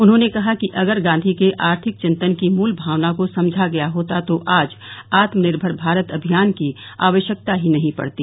उन्होंने कहा कि अगर गांधी के आर्थिक चिंतन की मूल भावना को समझा गया होता तो आज आत्मनिर्मर भारत अभियान की आवश्यकता ही नहीं पड़ती